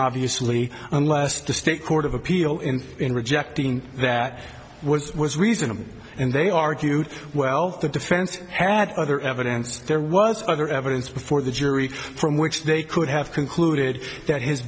obviously unless the state court of appeal in in rejecting that was was reasonable and they argued well the defense had other evidence there was other evidence before the jury from which they could have concluded that his